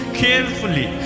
carefully